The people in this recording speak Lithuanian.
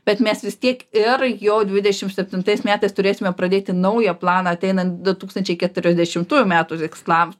bet mes vis tiek ir jau dvidešim septintais metais turėsime pradėti naują planą ateinant du tūkstančiai keturiasdešimtųjų metų tikslam